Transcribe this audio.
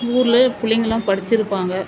ஊர்லேயே பிள்ளைங்கள்லாம் படிச்சுருப்பாங்க